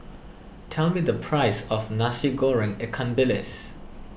tell me the price of Nasi Goreng Ikan Bilis